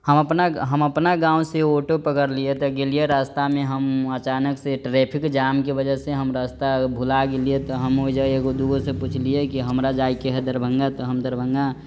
हम अपना हम अपना गाँव से ऑटो पकरलियै त गेलियै रस्ता मे हम अचानक से ट्रैफिक जाम के वजह से हम रस्ता भुला गेलियै त हम ओइजऽ एगो दुगो सँ पुछलियै की हमरा जाइके हए दरभङ्गा त हम दरभङ्गा